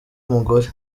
mugore